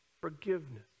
forgiveness